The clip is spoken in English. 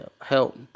help